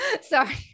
sorry